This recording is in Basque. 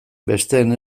besteen